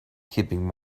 keeping